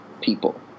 people